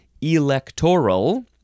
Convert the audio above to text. electoral